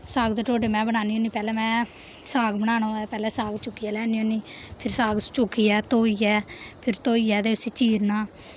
साग ते ढोडे में बनानी होन्नीं पैह्लें में साग बनाना होऐ पैह्लें साग चुक्कियै लेआन्नी होन्नीं फिर साग चुक्कियै धोइयै फिर धोइयै ते उस्सी चीरना